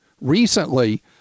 recently